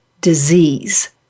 disease